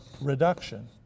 reduction